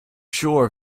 shore